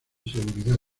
seguridad